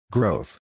Growth